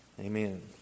Amen